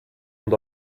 und